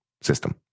system